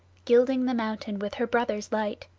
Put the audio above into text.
gilding the mountain with her brother's light,